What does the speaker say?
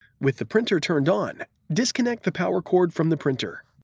with the printer turned on, disconnect the power cord from the printer.